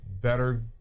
better